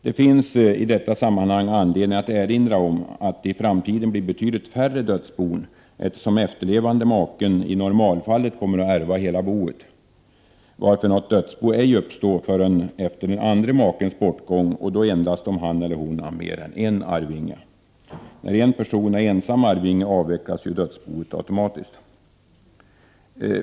Det finns i detta ammanhang anledning att erinra om att det i framtiden blir betydligt färre Hödsbon, eftersom den efterlevande maken i normalfallet kommer att ärva hela boet, varför något dödsbo ej uppstår förrän efter den andre makens portgång och då endast om han eller hon har mer än en arvinge. När en berson är ensam arvinge avvecklas ju dödsboet automatiskt.